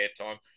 airtime